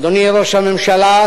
אדוני ראש הממשלה,